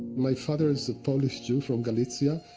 my father is a polish jew from galicia,